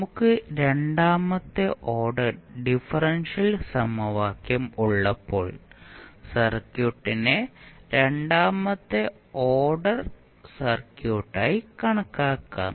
നമുക്ക് രണ്ടാമത്തെ order differential സമവാക്യം ഉള്ളപ്പോൾ സർക്യൂട്ടിനെ രണ്ടാമത്തെ ഓർഡർ സർക്യൂട്ടായി കണക്കാക്കാം